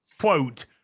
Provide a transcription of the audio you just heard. quote